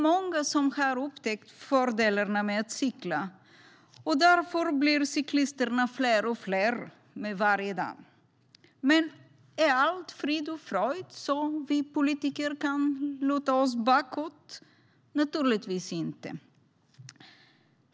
Många har upptäckt fördelarna med att cykla, och därför blir cyklisterna fler och fler för varje dag. Men är allt frid och fröjd så att vi politiker kan luta oss tillbaka? Naturligtvis inte.